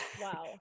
Wow